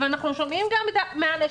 ואנחנו שומעים גם מהאנשים,